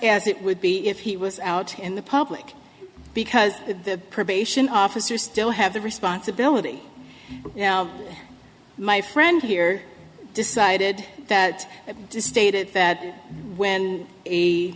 as it would be if he was out in the public because the probation officer still have the responsibility now my friend here decided that stated that when